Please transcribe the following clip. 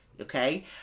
okay